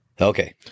Okay